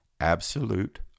absolute